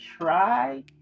Try